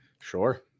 sure